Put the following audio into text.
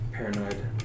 Paranoid